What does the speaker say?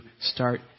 start